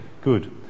good